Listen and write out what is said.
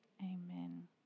amen